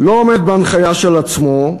לא עומד בהנחיה של עצמו,